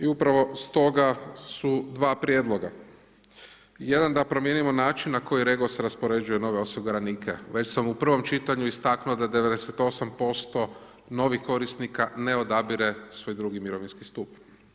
I upravo stoga su dva prijedloga, jedan da promijenimo način na koji REGOS raspoređuje nove osiguranike, već sam u prvom čitanju istaknuo da 98% novih korisnika ne odabire svoj drugi mirovinski stup.